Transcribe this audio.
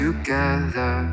Together